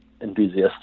enthusiasts